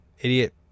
Idiot